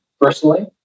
personally